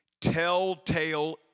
telltale